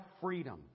freedom